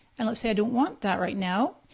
and let's say i don't want that right now.